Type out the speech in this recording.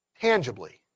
Tangibly